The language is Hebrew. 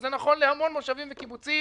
וזה נכון להמון מושבים וקיבוצים,